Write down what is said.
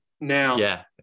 now